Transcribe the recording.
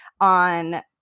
on –